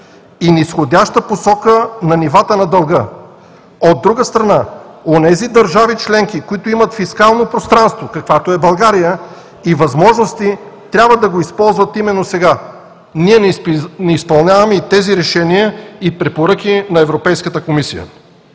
и низходяща посока на нивата на дълга. От друга страна, онези държави членки, които имат фискално пространство и възможности, каквато е България, трябва да го използват именно сега“. Ние не изпълняваме тези решения и препоръки на Европейската комисия.